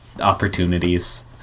opportunities